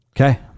Okay